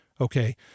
Okay